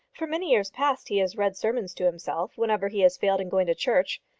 for many years past he has read sermons to himself whenever he has failed in going to church.